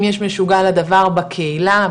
אם יש משוגע לדבר בקהילה,